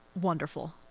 Wonderful